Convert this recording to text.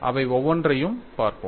அவை ஒவ்வொன்றையும் பார்ப்போம்